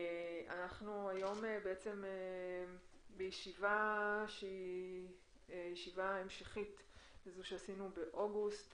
אנחנו היום בישיבה המשכית לזו שקיימנו באוגוסט,